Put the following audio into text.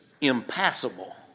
impassable